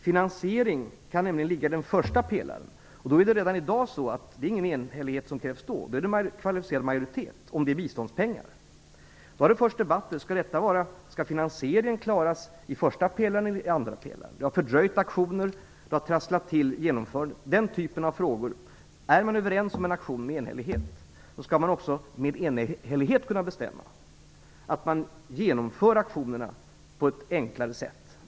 Finansiering kan nämligen ligga i den första pelaren, och redan i dag krävs då ingen enhällighet. Då gäller kvalificerad majoritet, om frågan gäller biståndspengar. Då kommer först debatten om ifall finansieringen skall klaras i första pelaren eller i andra pelaren. Aktioner fördröjs och genomförandet trasslas till. Om man är överens om en aktion med enhällighet skall man också med enhällighet kunna bestämma att man genomför aktionerna på ett enklare sätt.